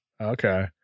Okay